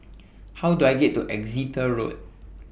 How Do I get to Exeter Road